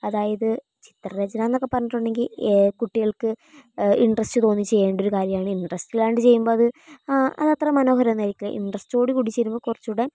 അതായത് ചിത്രരചന എന്നൊക്കെ പറഞ്ഞിട്ടുണ്ടെങ്കിൽ കുട്ടികൾക്ക് ഇൻട്രെസ്റ്റ് തോന്നി ചെയ്യേണ്ട ഒരു കാര്യമാണ് ഇൻട്രെസ്റ്റ് ഇല്ലാണ്ട് ചെയ്യുമ്പോൾ അത് അത്ര മനോഹരം ഒന്നും ആയിരിക്കില്ല ഇൻട്രെസ്റ്റോടു കൂടി ചെയ്യുമ്പോൾ കുറച്ച് കൂടെ